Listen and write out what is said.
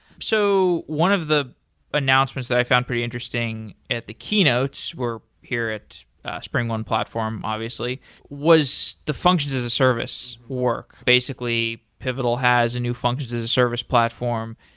so one of the announcements that i found pretty interesting at the keynotes here at spring one platform obviously was the functions as a service work. basically, pivotal has a new functions as a service platform.